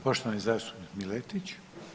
Poštovani zastupnik Miletić.